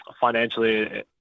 financially